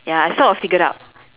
ya I sort of figured it out